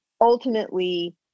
ultimately